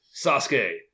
Sasuke